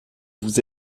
vous